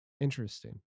Interesting